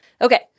Okay